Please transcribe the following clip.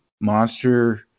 monster